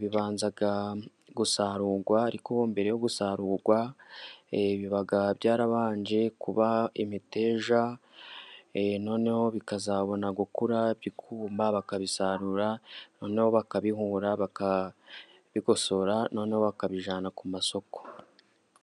bibanza gusarurwa, ariko mbere yo gusarurwa biba byarabanje kuba imiteja, noneho bikazabona gukura, bikuma, bakabisarura, noneho bakabihura, bakabigosora noneho bakabijyana ku masoko.